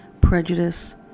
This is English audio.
prejudice